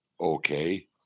okay